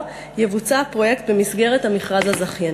יבוצע הפרויקט במסגרת המכרז הזכייני.